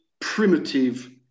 primitive